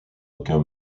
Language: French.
aucun